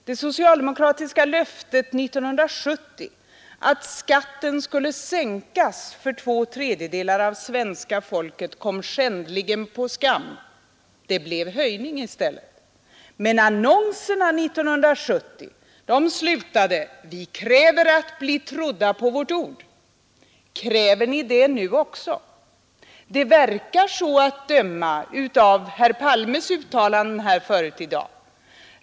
Det socialdemokratiska löftet 1970 att skatten skulle sänkas för två tredjedelar av svenska folket kom skändligen på skam. Det blev en höjning i stället. Men annonserna 1970 slutade: ”Vi kräver att bli trodda på vårt ord”. Kräver ni det nu också? Det verkar så, att döma av herr Palmes uttalanden tidigare i dag.